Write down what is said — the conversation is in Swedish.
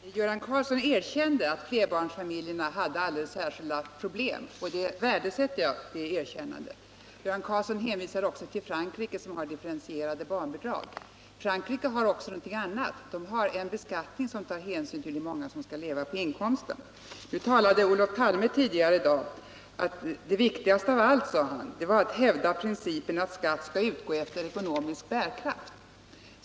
Herr talman! Göran Karlsson erkände att flerbarnsfamiljerna har alldeles särskilda problem. Det erkännandet värdesätter jag. Göran Karlsson hänvisade också till Frankrike, som har differentierade barnbidrag. Frankrike har också något annat: en beskattning som tar hänsyn till hur många som skall leva på inkomsten. Olof Palme sade tidigare i dag att det viktigaste av allt var att hävda principen att skatt skall utgå efter ekonomisk bärkraft.